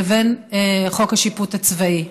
לבין חוק השיפוט הצבאי.